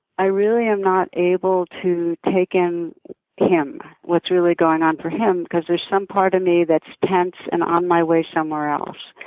i really am not able to take in him what is really going on for him because there's some part of me that's tense and on my way somewhere else.